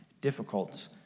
difficult